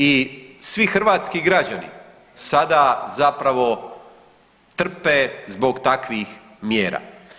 I svi hrvatski građani sada zapravo trpe zbog takvih mjera.